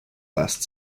last